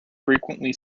frequently